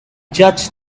judge